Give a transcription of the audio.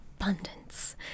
abundance